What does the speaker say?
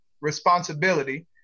responsibility